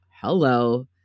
hello